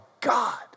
God